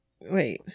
wait